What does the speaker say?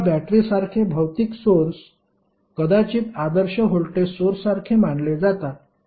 आता बॅटरीसारखे भौतिक सोर्स कदाचित आदर्श व्होल्टेज सोर्ससारखे मानले जातात